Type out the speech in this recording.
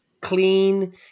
clean